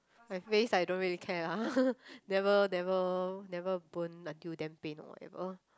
my face I don't really care ah never never never burned until damn pain or whatever